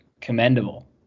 commendable